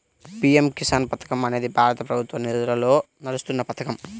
PM Kisan పథకం అనేది భారత ప్రభుత్వ నిధులతో నడుస్తున్న పథకం